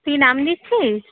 তুই নাম দিচ্ছিস